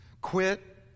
quit